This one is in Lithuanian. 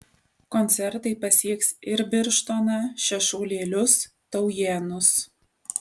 koncertai pasieks ir birštoną šešuolėlius taujėnus